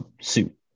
suit